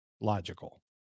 Logical